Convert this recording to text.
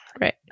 Right